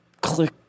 click